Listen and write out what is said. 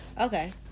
Okay